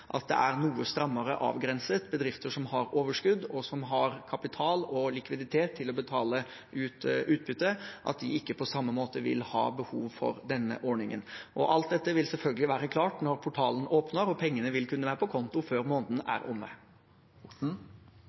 at det er noe strammere avgrenset, at bedrifter som har overskudd, og som har kapital og likviditet til å betale ut utbytte, ikke på samme måte vil ha behov for denne ordningen. Alt dette vil selvfølgelig være klart når portalen åpner, og pengene vil kunne være på konto før måneden er omme.